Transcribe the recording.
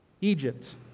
Egypt